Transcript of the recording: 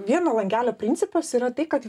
vieno langelio principas yra tai kad